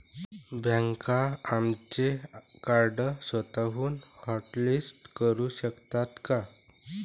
बँका आमचे कार्ड स्वतःहून हॉटलिस्ट करू शकतात का?